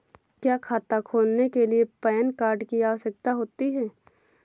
क्या खाता खोलने के लिए पैन कार्ड की आवश्यकता होती है?